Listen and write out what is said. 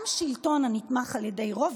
גם שלטון הנתמך על ידי רוב,